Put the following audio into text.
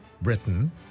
Britain